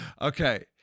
Okay